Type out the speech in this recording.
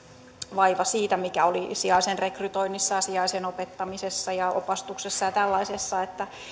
vaiva siitä mikä oli sijaisen rekrytoinnissa ja sijaisen opettamisessa opastuksessa ja tällaisessa